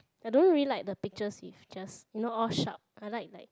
I don't really like the pictures if just you know all sharp I like like